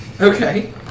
Okay